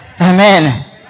amen